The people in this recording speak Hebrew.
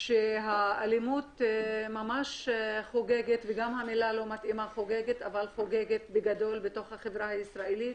שהאלימות חוגגת בחברה הישראלית וספציפית בתוך החברה הערבית.